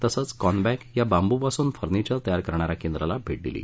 तसंच कॉनबॅक या बांबूपासून फर्निचर तयार करणाऱ्या केंद्राला भेट दिली